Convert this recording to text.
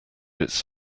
its